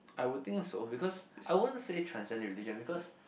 I would think so because I won't say transcend religion because